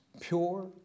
Pure